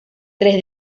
tres